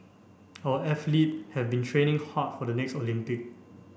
our athlete have been training hard for the next Olympic